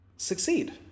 Succeed